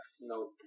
No